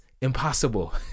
impossible